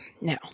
now